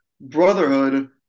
brotherhood